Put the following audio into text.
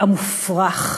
המופרך,